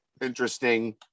interesting